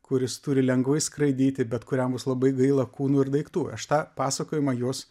kuris turi lengvai skraidyti bet kuriam bus labai gaila kūnų ir daiktų aš tą pasakojimą jos